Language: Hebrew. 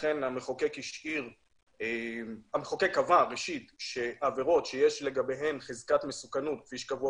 המחוקק קבע שעבירות שיש לגביהן חזקת מסוכנות כפי שקבוע